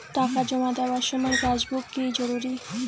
টাকা জমা দেবার সময় পাসবুক কি জরুরি?